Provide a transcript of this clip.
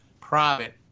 private